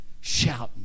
shouting